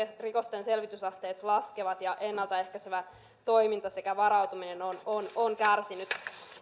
rikostenselvitysasteet laskevat ja ennaltaehkäisevä toiminta sekä varautuminen ovat kärsineet